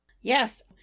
Yes